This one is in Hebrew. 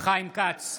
חיים כץ,